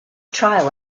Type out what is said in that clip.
trial